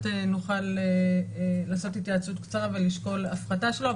נוכל לעשות התייעצות קצרה ולשקול הפחתה שלו,